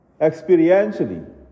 experientially